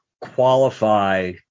qualify